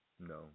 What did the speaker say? No